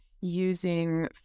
using